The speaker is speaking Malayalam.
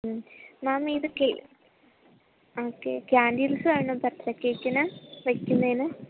ഉം മാം ഇത് കേ ആ കേ കാൻഡിൽസാണോ പച്ച കേക്കിന് വയ്ക്കുന്നതിന്